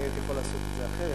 אני הייתי יכול לעשות את זה אחרת,